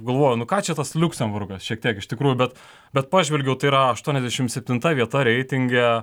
galvoju nu ką čia tas liuksemburgas šiek tiek iš tikrųjų bet bet pažvelgiau tai yra aštuoniasdešim septinta vieta reitinge